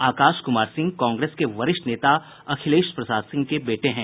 आकाश कुमार सिंह कांग्रेस के वरिष्ठ नेता अखिलेश प्रसाद सिंह के बेटे हैं